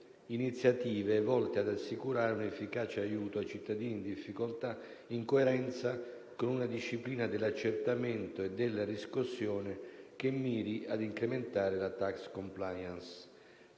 iniziative volte ad assicurare un efficace aiuto ai cittadini in difficoltà, in coerenza con una disciplina dell'accertamento e della riscossione che miri a incrementare la *tax compliance*.